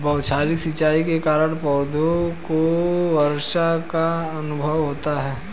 बौछारी सिंचाई के कारण पौधों को वर्षा का अनुभव होता है